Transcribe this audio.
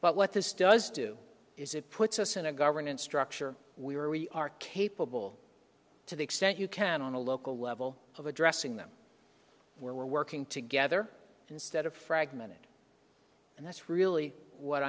but what this does do is it puts us in a governance structure we are we are capable to the extent you can on a local level of addressing them we're working together instead of fragmented and that's really what